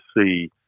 see